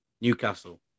Newcastle